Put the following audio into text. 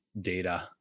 data